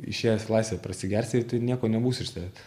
išėjęs į laisvę prasigersi ir tu nieko nebus iš tavęs